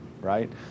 right